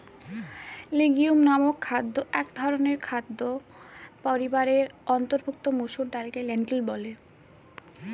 legume নামক একধরনের খাদ্য পরিবারের অন্তর্ভুক্ত মসুর ডালকে লেন্টিল বলে